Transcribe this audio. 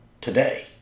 today